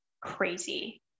crazy